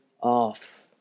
off